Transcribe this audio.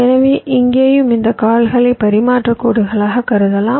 எனவே இங்கேயும் இந்த கால்களை பரிமாற்றக் கோடுகளாகக் கருதலாம்